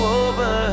over